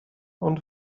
ond